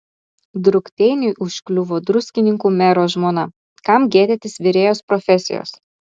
drukteiniui užkliuvo druskininkų mero žmona kam gėdytis virėjos profesijos